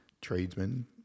tradesmen